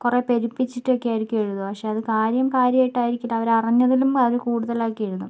കുറേ പെരുപ്പിച്ചിട്ടൊക്കെയായിരിക്കും എഴുതുക പക്ഷേ അത് കാര്യം കാര്യമായിട്ടായിരിക്കില്ല അവർ അറിഞ്ഞതിലും വളരെ കൂടുതലാക്കി എഴുതും